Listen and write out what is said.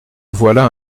voilà